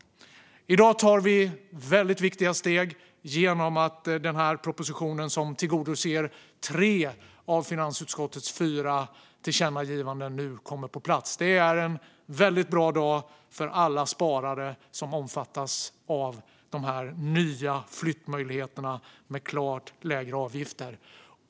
I dag tar vi viktiga steg genom att propositionen, som tillgodoser tre av finansutskottets fyra tillkännagivanden, nu kommer på plats. Det är en bra dag för alla sparare som omfattas av de nya flyttmöjligheterna med klart lägre avgifter.